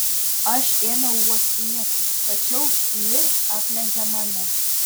aš ėmiau uostinėti tačiau li aplenkė mane